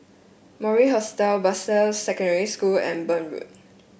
Mori Hostel Bartley Secondary School and Burn Road